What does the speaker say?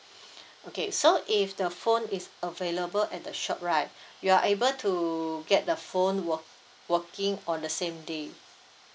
okay so if the phone is available at the shop right you are able to get the phone work~ working on the same day